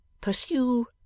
pursue